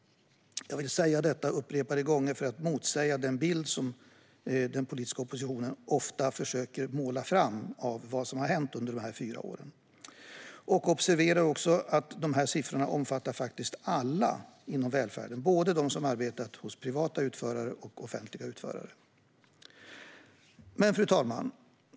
Jag vill säga detta upprepade gånger för att motsäga den bild som den politiska oppositionen ofta försöker måla upp av vad som har hänt under de här fyra åren. Observera att siffrorna omfattar alla inom välfärden, både de som arbetar för privata utförare som de som arbetar för offentliga utförare. Fru talman!